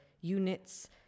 units